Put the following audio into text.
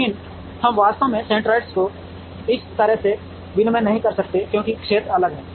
लेकिन हम वास्तव में सेंट्रोइड्स को इस तरह से विनिमय नहीं कर सकते क्योंकि क्षेत्र अलग हैं